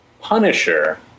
Punisher